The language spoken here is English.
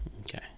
Okay